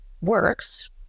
works